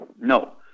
No